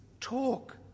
talk